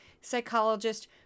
psychologist